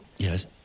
Yes